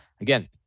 again